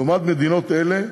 לעומת מדינות אלה,